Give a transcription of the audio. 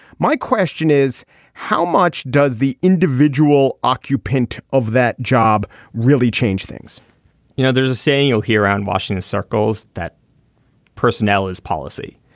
my question is how much does the individual occupant of that job really change things you know there's a saying you'll hear around washington circles that personnel is policy.